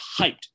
hyped